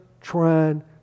trying